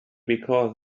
because